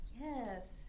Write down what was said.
Yes